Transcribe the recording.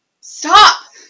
Stop